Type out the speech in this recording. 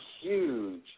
huge